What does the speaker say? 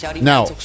Now